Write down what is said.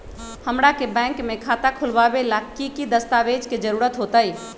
हमरा के बैंक में खाता खोलबाबे ला की की दस्तावेज के जरूरत होतई?